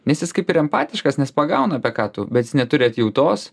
nes jis kaip ir empatiškas nes pagauna apie ką tu bet jis neturi atjautos